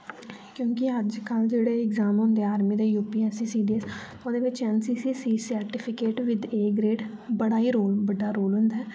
क्युंकी अजकल्ल जेह्ड़े एग्जाम होंदे आर्मी दे U P S C C D S ओह्दे बिच्च N C C certificate with A grade बड़ा ही रोल बड़ा ही बड्डा रोल होंदा ऐ